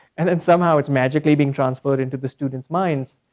and then somehow it's magically being transferred into the students' minds.